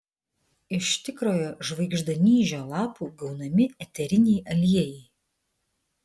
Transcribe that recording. iš tikrojo žvaigždanyžio lapų gaunami eteriniai aliejai